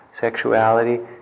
sexuality